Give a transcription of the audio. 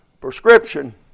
prescription